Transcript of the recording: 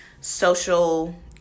social